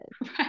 Right